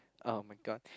!oh-my-god!